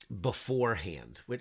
beforehand